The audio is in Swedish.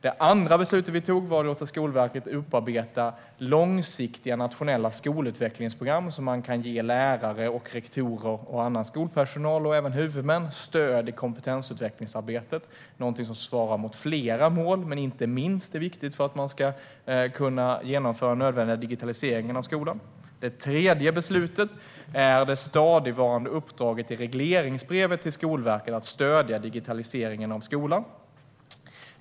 Det andra beslutet vi tog var att låta Skolverket utarbeta långsiktiga nationella skolutvecklingsprogram som kan ge lärare, rektorer och annan skolpersonal - även huvudmän - stöd i kompetensutvecklingsarbetet. Det är något som svarar mot flera mål men är inte minst viktigt för att man ska kunna genomföra nödvändiga digitaliseringar inom skolan. Det tredje beslutet är det stadigvarande uppdraget i regleringsbrevet till Skolverket att stödja digitaliseringen av skolan.